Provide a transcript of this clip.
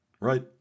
right